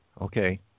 Okay